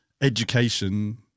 education